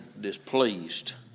displeased